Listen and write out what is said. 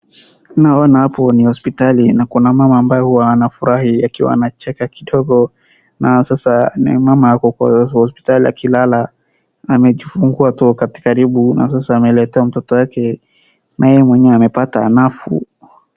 Naona hapo ni hospitali na kuna mama ambaye huwa anafurahi akiwa anacheka kidogo na sasa ni mama akiwa kwa hospitali akiwa analala amejifungua huko karibu na sasa ameleta mtoto wake na yeye mwenyewe amepata nafuu.